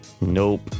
Nope